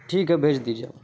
ٹھیک ہے بھیج دیجیے آپ